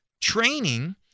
Training